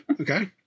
Okay